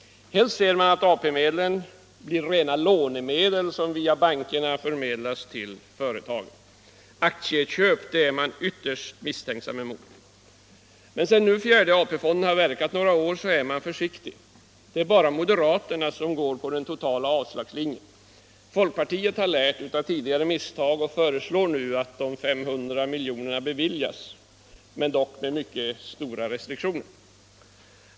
Helst ser man att AP-medlen blir rena lånemedel som via bankerna förmedlas till företagen. Aktieköp är man ytterst misstänksam emot. Men sedan nu fjärde AP-fonden har verkat några år är man försiktig. Det är bara moderaterna som går på den totala avslagslinjen. Folkpartiet har lärt av tidigare misstag och föreslår nu att de 500 miljonerna beviljas, dock med mycket stora restriktioner.